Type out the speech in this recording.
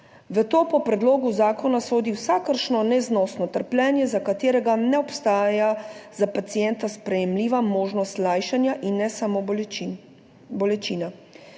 V to po predlogu zakona sodi vsakršno neznosno trpljenje, za katerega ne obstaja za pacienta sprejemljiva možnost lajšanja in ne samo bolečin,